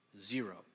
zero